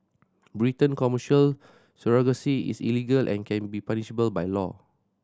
Britain Commercial surrogacy is illegal and can be punishable by law